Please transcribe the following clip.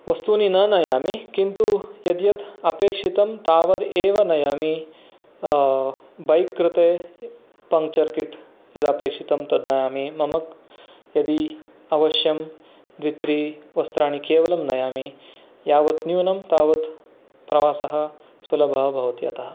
वस्तूनि न नयामि किन्तु यद्यद् अपेक्षितं तावदेव नयामि बैक् कृते पञ्चर् किट् तदपेक्षितं तद् नयामि मम यदि अवश्यं द्वित्रिवस्त्राणि केवलं नयामि यावत् न्यूनं तावत् प्रवासः सुलभः भवति अतः